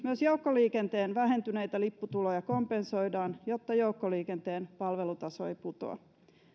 myös joukkoliikenteen vähentyneitä lipputuloja kompensoidaan jotta joukkoliikenteen palvelutaso ei putoa